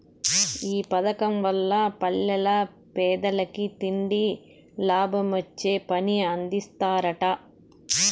ఈ పదకం వల్ల పల్లెల్ల పేదలకి తిండి, లాభమొచ్చే పని అందిస్తరట